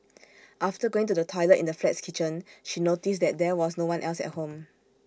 after going to the toilet in the flat's kitchen she noticed that there was no one else at home